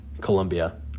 Colombia